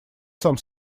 сам